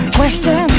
question